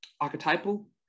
archetypal